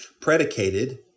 predicated